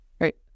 right